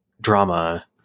drama